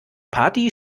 party